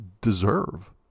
deserve